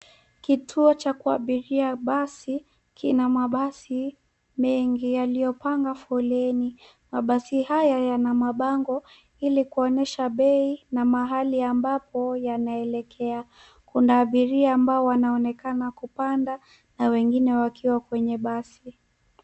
Kituo cha kuabiria basi kina mabasi mengi yaliyopanga foleni. Mabasi haya yana mabango ili kuonyesha bei na mahali ambapo yanaelekea. Kuna abiria ambao wanaonekana kupanda na wengine wakiwa kwenye basi.